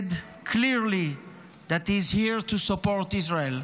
clearly that he is here to support Israel.